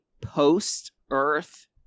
post-Earth